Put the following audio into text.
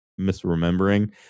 misremembering